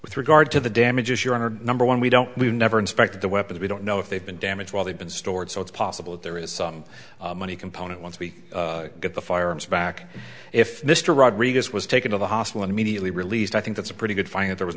with regard to the damages your honor number one we don't we've never inspected the weapons we don't know if they've been damaged while they've been stored so it's possible that there is some money component once we get the firearms back if mr rodriguez was taken to the hospital immediately released i think that's a pretty good find if there was